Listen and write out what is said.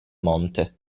monte